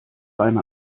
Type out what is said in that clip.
eine